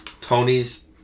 Tony's